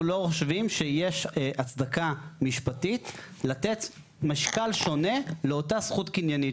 אנחנו לא חושבים שיש הצדקה משפטית לתת משקל שונה לאותה זכות קניינית,